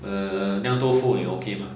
err 酿豆腐你 okay mah